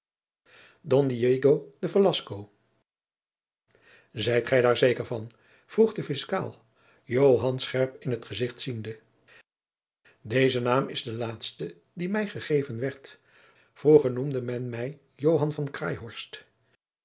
zijt gij daar zeker van vroeg de fiscaal joan scherp in t gezicht ziende deze naam is de laatste die mij gegeven werd vroeger noemde men mij